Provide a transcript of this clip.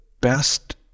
best